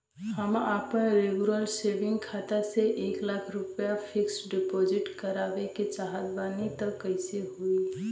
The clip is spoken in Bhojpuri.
हम आपन रेगुलर सेविंग खाता से एक लाख रुपया फिक्स डिपॉज़िट करवावे के चाहत बानी त कैसे होई?